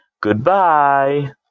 Goodbye